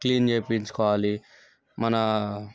clean చేయించుకోవాలి మన